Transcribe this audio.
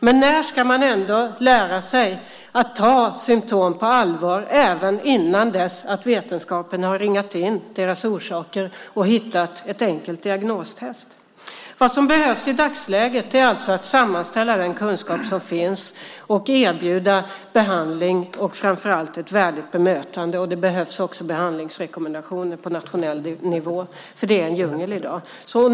Men när ska man lära sig att ta symtom på allvar även innan dess att vetenskapen har ringat in deras orsaker och hittat ett enkelt diagnostest? Vad som behövs i dagsläget är alltså att man sammanställer den kunskap som finns och erbjuder behandling och framför allt ett värdigt bemötande. Det behövs också behandlingsrekommendationer på nationell nivå, för det är en djungel i dag.